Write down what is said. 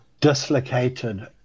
dislocated